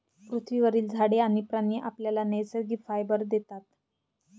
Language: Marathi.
पृथ्वीवरील झाडे आणि प्राणी आपल्याला नैसर्गिक फायबर देतात